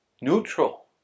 neutral